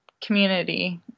community